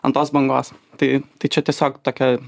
ant tos bangos tai tai čia tiesiog tokia